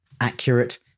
accurate